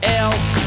else